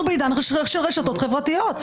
אנחנו בעידן של רשתות חברתיות,